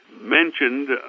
mentioned